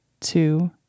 two